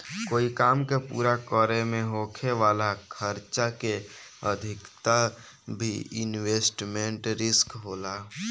कोई काम के पूरा करे में होखे वाला खर्चा के अधिकता भी इन्वेस्टमेंट रिस्क होला